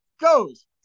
goes